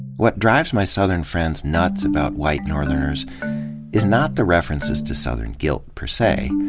what drives my southern friends nuts about white northerners is not the references to southern guilt, per se.